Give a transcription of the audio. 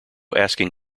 asking